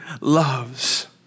loves